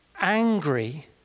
angry